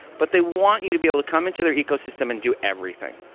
but they want you to be able to come into their ecosystem and do everything,